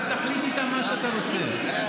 אתה תבין מהם מה שאתה רוצה.